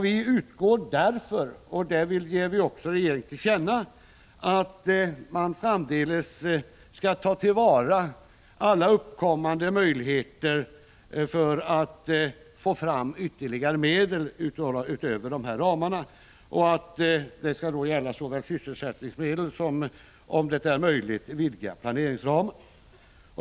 Vi utgår därför från, och det vill vi också ge regeringen till känna, att man framdeles skall ta till vara alla uppkommande möjligheter för att få fram ytterligare medel utöver de nuvarande ramarna — såväl sysselsättningsmedel som, om möjligt, vidgade planeringsramar.